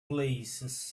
places